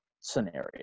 scenario